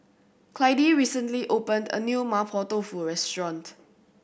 Clydie recently opened a new Mapo Tofu restaurant